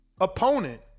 opponent